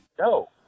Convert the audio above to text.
No